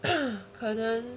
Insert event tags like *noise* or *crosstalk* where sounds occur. *coughs* 可能